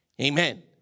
Amen